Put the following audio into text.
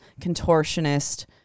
contortionist